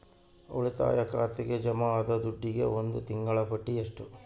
ಉಳಿತಾಯ ಖಾತೆಗೆ ಜಮಾ ಆದ ದುಡ್ಡಿಗೆ ಒಂದು ತಿಂಗಳ ಬಡ್ಡಿ ಎಷ್ಟು?